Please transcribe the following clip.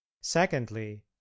secondly